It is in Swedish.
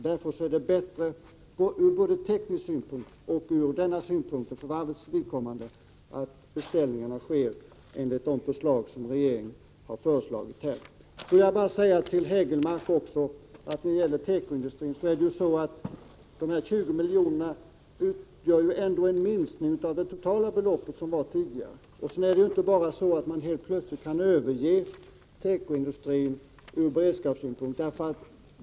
Därför är det bättre, både från teknisk synpunkt och för varvets vidkommande, att beställningarna sker enligt de förslag som regeringen har lämnat. Så vill jag bara säga några ord till herr Hägelmark. När det gäller tekoindustrin är det ju så att de 20 miljonerna ändå utgör en minskning av det totala belopp som gällde tidigare. Man kan inte helt plötsligt bara överge tekoindustrin ur beredskapssynpunkt.